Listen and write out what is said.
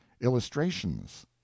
illustrations